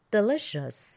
Delicious